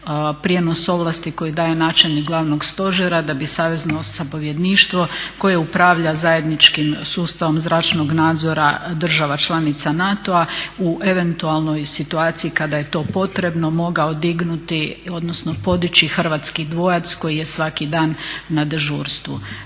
prijenos ovlasti koje daje načelnik glavnog stožera da bi savezno zapovjedništvo koje upravlja zajedničkim sustavom zračnog nadzora država članica NATO-a u eventualnoj situaciji kada je to potrebno mogao podići hrvatski dvojac koji je svaki dan na dežurstvu.